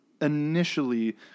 initially